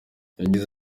yagize